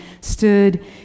stood